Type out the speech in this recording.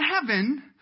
heaven